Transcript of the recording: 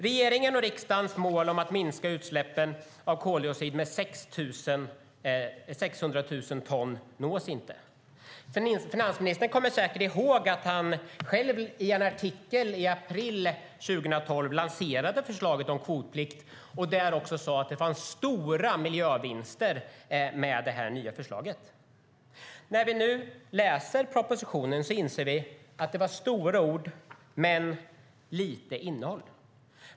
Regeringens och riksdagens mål att minska utsläppen av koldioxid med 600 000 ton nås inte. Finansministern kommer säkert ihåg att han i en artikel i april 2012 lanserade förslaget om kvotplikt och sade att det fanns stora miljövinster med det nya förslaget. När vi nu läser propositionen inser vi att det var stora ord men lite innehåll.